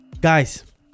Guys